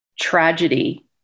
tragedy